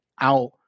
out